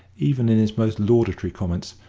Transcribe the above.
even in his most laudatory comments,